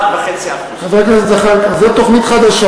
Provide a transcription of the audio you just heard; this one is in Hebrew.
1.5%. חבר הכנסת זחאלקה, זו תוכנית חדשה